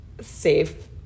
safe